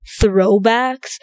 throwbacks